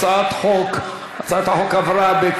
הצעת חוק זכויות הסטודנט (תיקון,